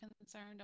concerned